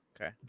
Okay